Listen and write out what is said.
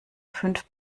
fünf